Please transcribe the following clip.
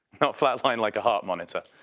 not flat line like a heart monitor.